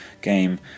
game